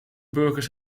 burgers